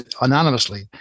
anonymously